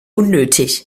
unnötig